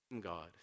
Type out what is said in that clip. God